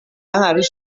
عروس